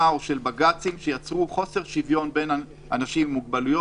או של בג"צים שיצרו חוסר שוויון בין אנשים עם מוגבלויות.